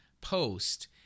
post